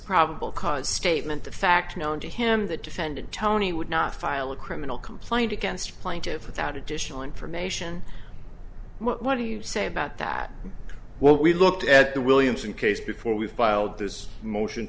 probable cause statement of fact known to him that defendant tony would not file a criminal complaint against plaintiffs without additional information what do you say about that what we looked at the williamson case before we filed this motion